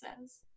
says